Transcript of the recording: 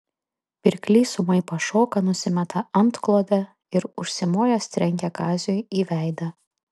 pirklys ūmai pašoka nusimeta antklodę ir užsimojęs trenkia kaziui į veidą